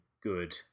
good